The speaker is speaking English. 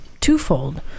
twofold